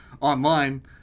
online